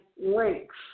links